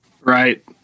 Right